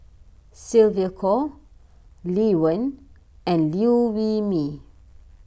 Sylvia Kho Lee Wen and Liew Wee Mee